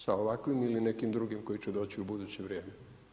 Sa ovakvim ili nekim drugim koje će doći u buduće vrijeme.